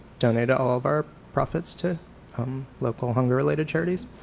donated all of our profits to local hunger-related charities.